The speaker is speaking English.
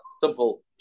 simple